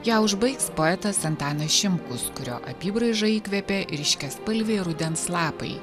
ją užbaigs poetas antanas šimkus kurio apybraižą įkvėpė ryškiaspalviai rudens lapai